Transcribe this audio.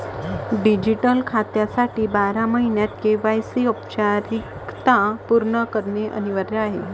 digital खात्यासाठी बारा महिन्यांत के.वाय.सी औपचारिकता पूर्ण करणे अनिवार्य आहे